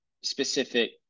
specific